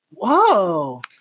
Whoa